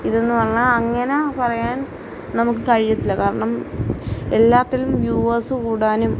ഇതെന്ന് വന്നാൽ അങ്ങനെ പറയാന് നമുക്ക് കഴിയത്തില്ല കാരണം എല്ലാത്തിലും വ്യൂവേഴ്സ് കൂടാനും